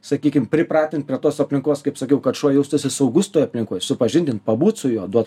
sakykim pripratint prie tos aplinkos kaip sakiau kad šuo jaustųsi saugus toj aplinkoj supažindint pabūt su juo duot